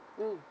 mm